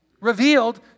Revealed